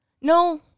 No